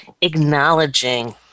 acknowledging